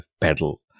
pedal